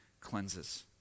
cleanses